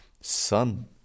Son